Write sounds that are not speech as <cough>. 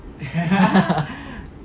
<laughs>